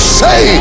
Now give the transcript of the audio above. say